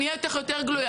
אני אהיה איתך יותר גלויה.